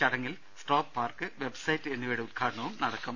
ചടങ്ങിൽ strobe park website എന്നിവയുടെ ഉദ്ഘാടനവും നടക്കും